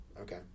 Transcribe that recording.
Okay